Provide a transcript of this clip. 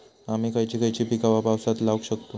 आम्ही खयची खयची पीका पावसात लावक शकतु?